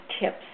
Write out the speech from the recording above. tips